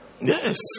Yes